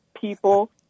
people